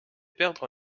perdre